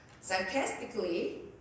sarcastically